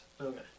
Okay